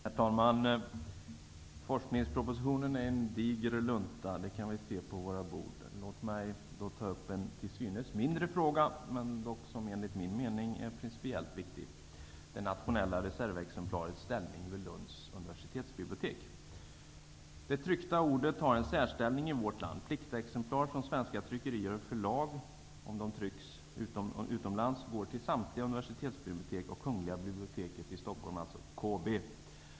Herr talman! Forskningspropositionen, som nu ligger på våra bord, är en diger lunta. Låt mig ta upp en till synes mindre fråga, som dock enligt min mening är principiellt viktig, nämligen det nationella reservexemplaret, som förvaras vid universitetsbiblioteket i Lund. Det tryckta ordet har i vårt land en särställning. Pliktexemplar av skrifter från svenska tryckerier och från svenska förlag om skrifterna är tryckta utomlands går till samtliga universitetsbibliotek och till Kungl. biblioteket i Stockholm, KB.